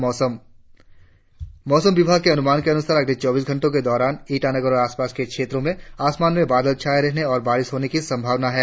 और अब मौसम मौसम विभाग के अनुमान के अनुसार अगले चौबीस घंटो के दौरान ईटानगर और आसपास के क्षेत्रो में आसमान में बादल छाये रहने और बारिश होने की संभावना है